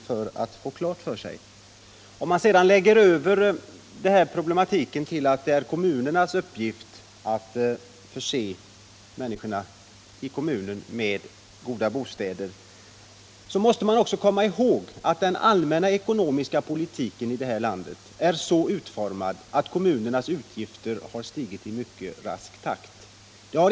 När man för in argumentet att det är kommunernas uppgift att förse kommuninvånarna med goda bostäder, måste man komma ihåg att den allmänna ekonomiska politiken i det här landet är sådan att kommunernas utgifter stigit i mycket rask takt.